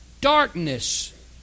darkness